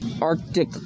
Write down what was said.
arctic